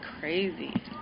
crazy